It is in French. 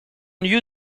lieu